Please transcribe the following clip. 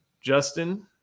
Justin